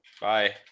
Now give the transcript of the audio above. Bye